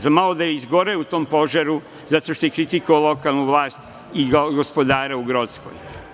Zamalo da je izgoreo u tom požaru, zato što je kritikovao lokalnu vlast i gospodara u Grockoj.